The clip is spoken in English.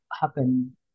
happen